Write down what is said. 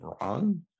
wrong